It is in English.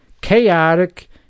chaotic